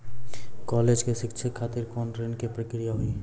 College के शिक्षा खातिर कौन ऋण के प्रक्रिया हुई?